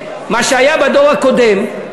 מה שהיה בדור הקודם,